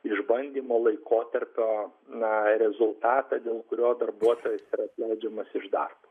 išbandymo laikotarpio na rezultatą dėl kurio darbuotojas yra atleidžiamas iš darbo